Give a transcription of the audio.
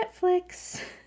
Netflix